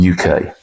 UK